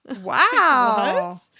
wow